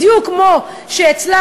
בדיוק כמו שהצלחתי,